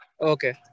Okay